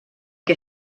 que